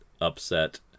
upset